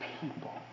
people